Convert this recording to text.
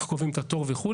איך קובעים את התור וכולי.